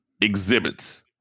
exhibits